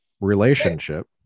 relationship